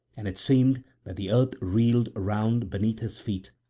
and it seemed that the earth reeled round beneath his feet,